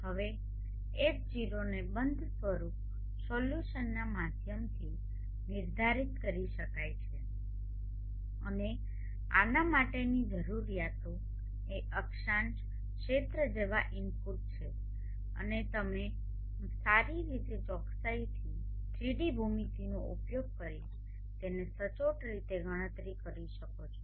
હવે H૦ને બંધ સ્વરૂપ સોલ્યુશનના માધ્યમથી નિર્ધારિત કરી શકાય છે અને આના માટેની જરૂરિયાતો એ અક્ષાંશ ક્ષેત્ર જેવા ઇનપુટ છે અને તમે સારી રીતે ચોકસાઇથી 3D ભૂમિતિનો ઉપયોગ કરીને તેને સચોટ રીતે ગણતરી કરી શકો છો